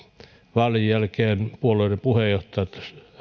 vaalien jälkeen puolueiden puheenjohtajat